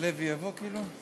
יעלה ויבוא, כאילו?